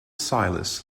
silas